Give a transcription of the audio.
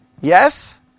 Yes